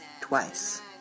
twice